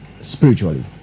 spiritually